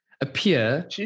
appear